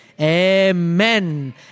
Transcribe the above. Amen